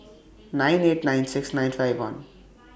nine eight nine six nine five one